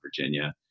Virginia